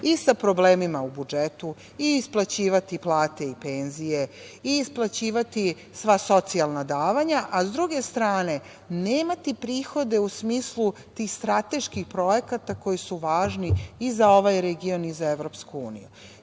i sa problemima u budžetu i isplaćivati plate i penzije i isplaćivati sva socijalna davanja, a s druge strane nemati prihode u smislu tih strateških projekata koji su važni i za ovaj region i za Evropsku